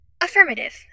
Affirmative